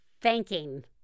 thanking